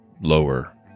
lower